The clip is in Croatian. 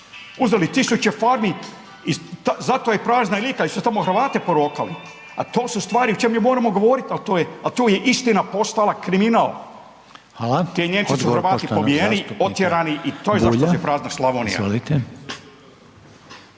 Uzeli 1.000 farmi i zato je prazna Lika jer su tamo Hrvate porokali, a to su stvari o čemu mi moramo govoriti, a tu je istina postala kriminal. Ti Nijemci su Hrvati pobijeni, otjerani i to je zašto je prazna Slavonija.